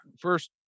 first